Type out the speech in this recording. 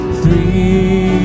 three